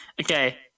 okay